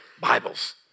Bibles